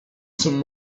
some